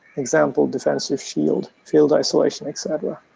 example defensive shield, field isolation etc.